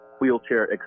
wheelchair